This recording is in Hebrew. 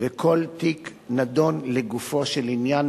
וכל תיק נדון לגופו של עניין,